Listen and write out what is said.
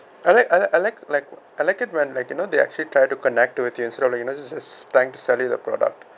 I like I like like I like it when like you know they actually tried to connect with you so like you know jus~ just trying to selling the product